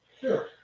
Sure